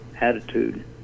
attitude